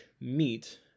meet